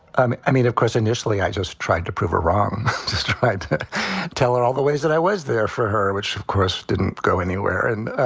um i mean, of course, initially i just tried to prove it wrong, just tried to tell her all the ways that i was there for her, which of course didn't go anywhere. and,